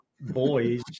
boys